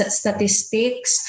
statistics